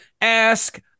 ask